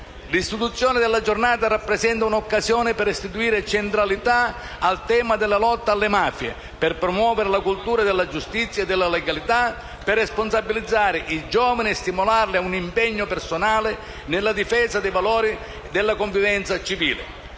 L'istituzione di tale Giornata rappresenta un'occasione per restituire centralità al tema della lotta alle mafie, per promuovere la cultura della giustizia e della legalità, per responsabilizzare i giovani e stimolarli a un impegno personale nella difesa dei valori della convivenza civile.